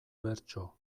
bertso